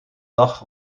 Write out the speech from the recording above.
dag